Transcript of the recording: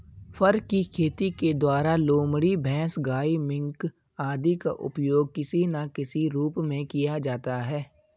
फर की खेती के द्वारा लोमड़ी, भैंस, गाय, मिंक आदि का उपयोग किसी ना किसी रूप में किया जाता है